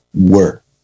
work